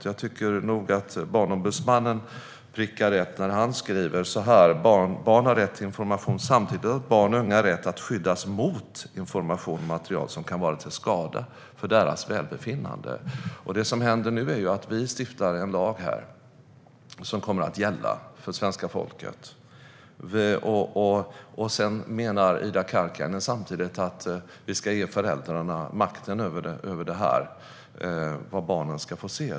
Jag tycker nog att Barnombudsmannen prickar rätt när han skriver att barn har rätt till information, men samtidigt har barn och unga rätt att skyddas mot information och material som kan vara till skada för deras välbefinnande. Det som händer nu är att riksdagen stiftar en lag som kommer att gälla för svenska folket. Samtidigt menar Ida Karkiainen att vi ska ge föräldrarna makten över vad barnen ska få se.